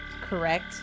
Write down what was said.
correct